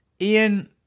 Ian